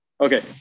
Okay